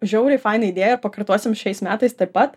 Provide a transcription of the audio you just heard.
žiauriai faina idėja pakartosim šiais metais taip pat